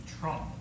Trump